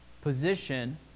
position